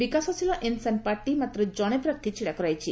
ବିକାଶଶୀଳ Insaan party ମାତ୍ର ଜଣେ ପ୍ରାର୍ଥୀ ଛିଡ଼ା କରାଇଛି